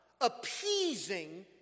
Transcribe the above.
appeasing